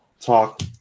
talk